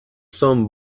son